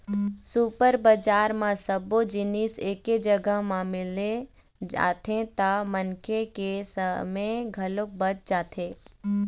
super बजार म सब्बो जिनिस एके जघा म मिल जाथे त मनखे के समे घलोक बाच जाथे